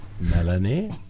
melanie